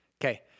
Okay